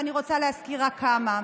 ואני רוצה להזכיר רק כמה.